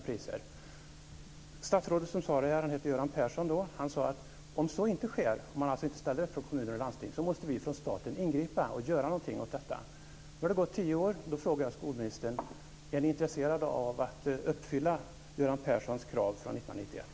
Det statsråd som gjorde det här uttalandet var Göran Persson, och han sade: Om kommuner och landsting inte ställer upp måste vi från staten ingripa och göra någonting åt detta. Det har nu gått tio år, och jag frågar skolministern: Är ni intresserade av att uppfylla Göran Perssons krav från 1991?